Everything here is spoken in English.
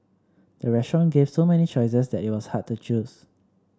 the restaurant gave so many choices that it was hard to choose